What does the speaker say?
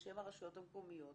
בשם הרשויות המקומיות,